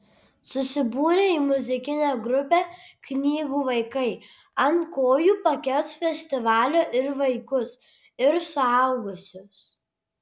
susibūrę į muzikinę grupę knygų vaikai ant kojų pakels festivalio ir vaikus ir suaugusius